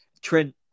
Trent